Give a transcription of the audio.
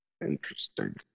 Interesting